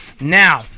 Now